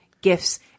gifts